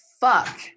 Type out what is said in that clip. fuck